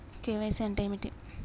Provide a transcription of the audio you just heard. KYC అంటే ఏమిటి?